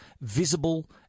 visible